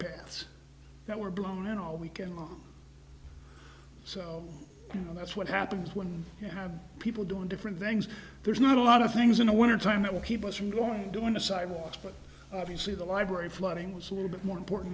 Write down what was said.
paths that were blown all weekend long so you know that's what happens when you have people doing different things there's not a lot of things in the winter time that would keep us from going doing the sidewalks but obviously the library flooding was a little bit more important